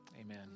Amen